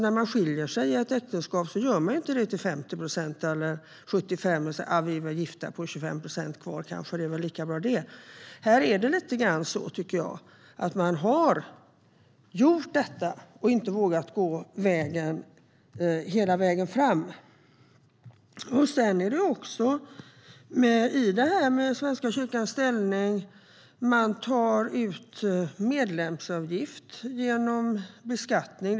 När man skiljer sig i ett äktenskap gör man ju inte det till 50 procent eller 75 procent och säger att man är gifta till 25 procent och att det är lika bra. Här är det lite grann så, tycker jag, att man har gjort detta och inte vågat gå hela vägen fram. Det är också så att Svenska kyrkan tar ut medlemsavgift genom beskattning.